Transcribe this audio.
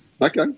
Okay